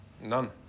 None